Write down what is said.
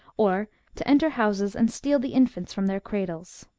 or to enter houses and steal the infants from their cradles.